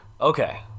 Okay